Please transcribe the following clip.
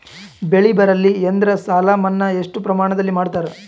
ಬೆಳಿ ಬರಲ್ಲಿ ಎಂದರ ಸಾಲ ಮನ್ನಾ ಎಷ್ಟು ಪ್ರಮಾಣದಲ್ಲಿ ಮಾಡತಾರ?